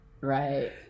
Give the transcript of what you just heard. Right